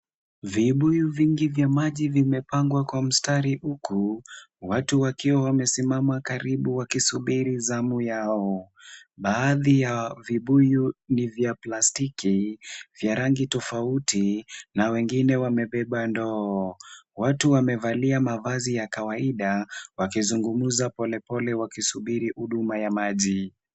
Vibuyu vingi vya maji vimepangwa kwa mstari, huku watu wakiwa wamesimama karibu wakisubiri zamu yao. Baadhi ya vibuyu ni vya plastiki vya rangi tofauti na wengine wamebeba ndoo. Watu wamevalia mavazi ya kawaida, wakizungumza polepole wakisubiri huduma ya maji.